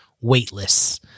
weightless